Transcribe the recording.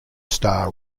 star